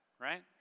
right